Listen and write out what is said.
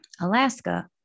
Alaska